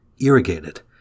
irrigated